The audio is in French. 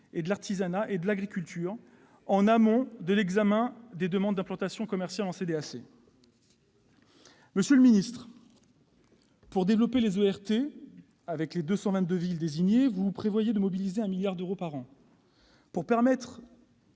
et de l'artisanat et des chambres d'agriculture en amont de l'examen des demandes d'implantation commerciale par la CDAC. Monsieur le ministre, pour développer les ORT dans les 222 villes désignées, vous prévoyez de mobiliser 1 milliard d'euros par an. Pour mettre